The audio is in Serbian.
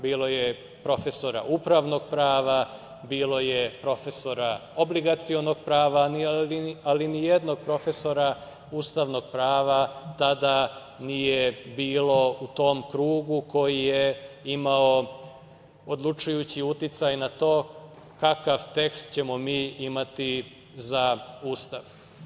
Bilo je profesora upravnog prava, bilo je profesora obligacionog prava, ali nijednog profesora ustavnog prava tada nije bilo u tom krugu koji je imao odlučujući uticaj na to kakav tekst ćemo mi imati za Ustav.